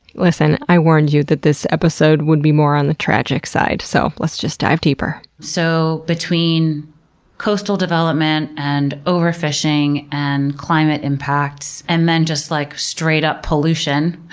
listen, i warned you that this episode would be more on the tragic side, so let's just dive deeper. so, between coastal development and overfishing and climate impacts and then just like straight up pollution,